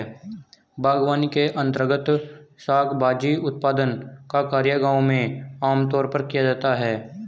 बागवानी के अंर्तगत शाक भाजी उत्पादन का कार्य गांव में आमतौर पर किया जाता है